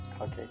Okay